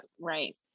right